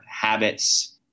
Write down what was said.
habits